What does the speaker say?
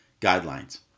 guidelines